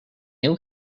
new